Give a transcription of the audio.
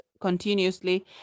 continuously